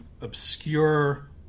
obscure